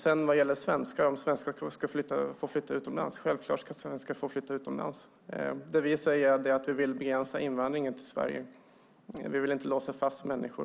Det är klart att svenskar ska få flytta utomlands. Vi vill begränsa invandringen till Sverige; vi vill inte låsa fast människor.